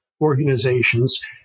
organizations